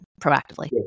proactively